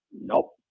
Nope